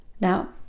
Now